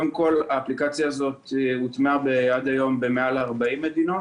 האפליקציה הזאת הוטמעה עד היום במעל 40 מדינות,